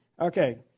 Okay